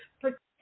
Protect